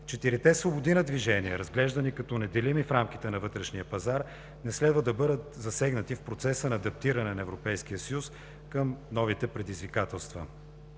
Четирите свободи на движение, разглеждани като неделими в рамките на вътрешния пазар, не следва да бъдат засегнати в процеса на адаптиране на Европейския съюз към новите предизвикателства.